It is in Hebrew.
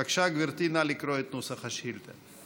בבקשה, גברתי, נא לקרוא את נוסח השאילתה.